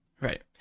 Right